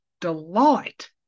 delight